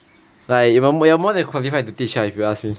like you are more than qualified to teach ah if you ask me